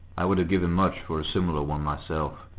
i would have given much for a similar one myself.